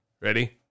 Ready